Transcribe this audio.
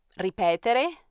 ripetere